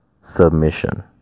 submission